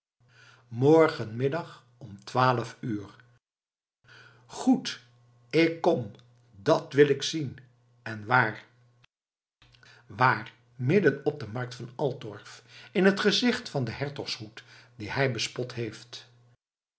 morgen middag twaalf uur goed ik kom dat wil ik zien en waar waar midden op de markt van altorf in het gezicht van den hertogshoed dien hij bespot heeft